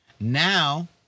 Now